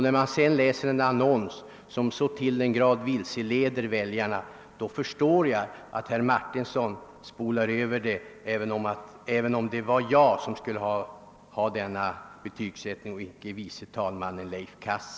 När man sedan i pressen inför en annons som jag påtalade som vilseledande förstår jag att herr Martinsson blev irriterad.